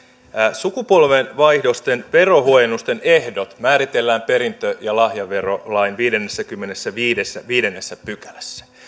sukupolvenvaihdosten verohuojennusten ehdot määritellään perintö ja lahjaverolain viidennessäkymmenennessäviidennessä pykälässä